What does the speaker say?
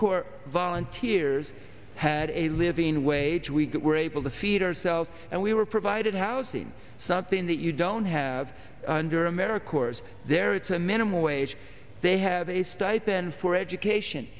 corps volunteers had a living wage we were able to feed ourselves and we were provided housing something that you don't have your america corps there it's a minimum wage they have a stipend for education